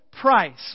price